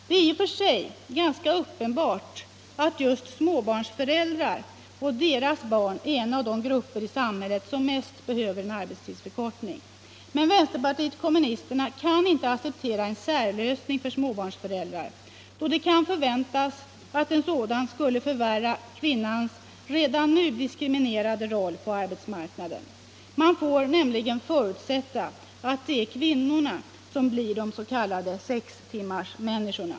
Det är i och för sig ganska uppenbart att just småbarnsföräldrar och deras barn är en av de grupper i samhället som mest behöver en arbetstidsförkortning. Men vänsterpartiet kommunisterna kan inte acceptera en särlösning för småbarnsföräldrar, då det kan förväntas att en sådan skulle förvärra kvinnans redan nu diskriminerade roll på arbetsmarknaden. Man får nämligen förutsätta att det är kvinnorna som blir de s.k. sextimmarsmänniskorna.